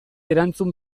erantzun